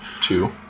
two